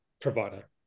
provider